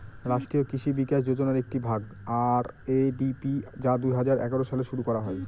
রাষ্ট্রীয় কৃষি বিকাশ যোজনার একটি ভাগ আর.এ.ডি.পি যা দুই হাজার এগারো সালে শুরু করা হয়